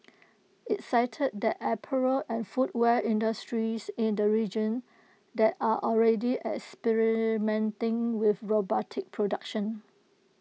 IT cited that apparel and footwear industries in the region that are already experimenting with robotic production